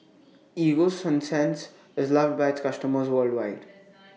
Ego Sunsense IS loved By its customers worldwide